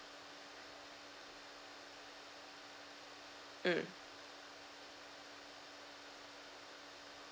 mm